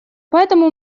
поэтому